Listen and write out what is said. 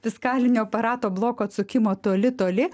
fiskalinio aparato bloko atsukimo toli toli